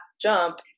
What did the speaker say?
jump